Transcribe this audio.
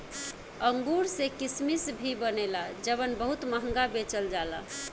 अंगूर से किसमिश भी बनेला जवन बहुत महंगा बेचल जाला